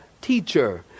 teacher